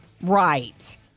Right